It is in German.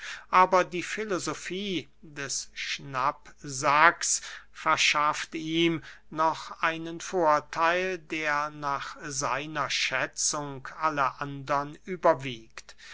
aber die filosofie des schnappsacks verschafft ihm noch einen vortheil der nach seiner schätzung alle andern überwiegt